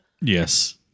Yes